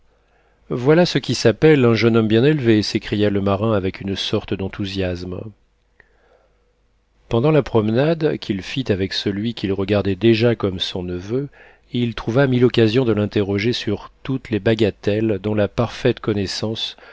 voilà ce qui s'appelle un jeune homme bien élevé s'écria le marin avec une sorte d'enthousiasme pendant la promenade qu'il fit avec celui qu'il regardait déjà comme son neveu il trouva mille occasions de l'interroger sur toutes les bagatelles dont la parfaite connaissance